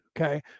okay